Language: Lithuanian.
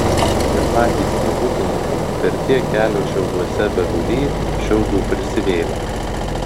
ir patys tie ūkininkai per tiek kelio šiauduose begulį šiaudų prisivėlę